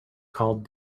called